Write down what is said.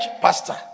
pastor